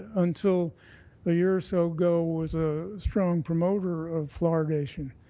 until ah year or so ago was a strong promoter of fluoridation,